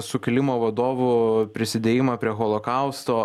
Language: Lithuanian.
sukilimo vadovų prisidėjimą prie holokausto